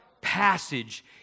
passage